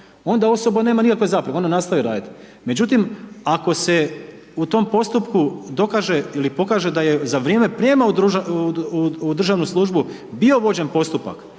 onda osoba nema nikakve zapreke, onda nastavi raditi. Međutim, ako se u tom postupku dokaže ili pokaže da je za vrijeme prijema u državnu službu bio vođen postupak